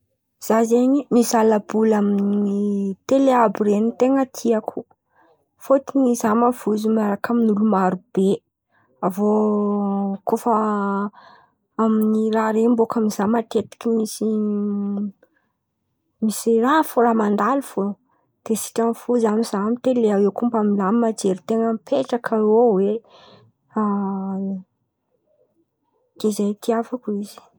Za zen̈y mizaha laboly amy tele àby ren̈y ny ten̈a tiako. Fôtony za mavozo miaraka amin’olo maro be. Avô koa fa amin’ny raha ren̈y za matetiky misy misy raha fo, raha mandalo fo. De sitrany fo za mizaha amy tele. Eo koa mba milamin̈y jerin-ten̈a mipetraka eo hoe, de zen̈y tiavoko izy.